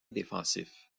défensif